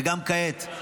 וגם כעת,